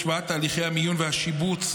השוואת תהליכי המיון והשיבוץ,